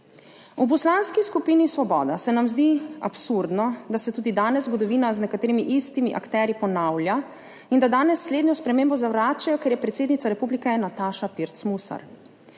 V Poslanski skupini Svoboda se nam zdi absurdno, da se tudi danes zgodovina z nekaterimi istimi akterji ponavlja in da danes slednjo spremembo zavračajo, ker je predsednica republike Nataša Pirc Musar,